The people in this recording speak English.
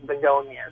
begonias